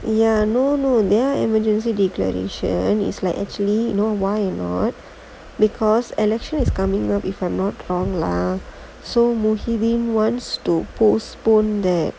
ya no no their emergency declaration is like actually you know why not because election is coming up if I'm not wrong lah so muhiddin wants to postpone that